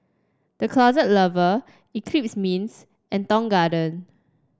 The Closet Lover Eclipse Mints and Tong Garden